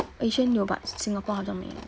asian 有 but singapore 他叫没有